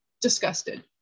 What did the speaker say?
disgusted